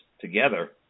together